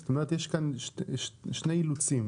זאת אומרת יש כאן שני אילוצים.